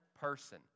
person